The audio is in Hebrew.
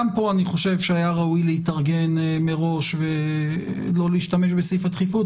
גם פה אני חושב שהיה ראוי להתארגן מראש ולא להשתמש בסעיף הדחיפות,